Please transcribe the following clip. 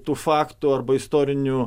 tų faktų arba istorinių